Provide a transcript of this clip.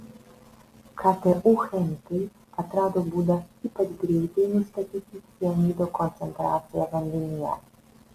ktu chemikai atrado būdą ypač greitai nustatyti cianido koncentraciją vandenyje